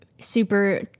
super